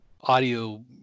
audio